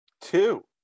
Two